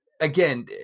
again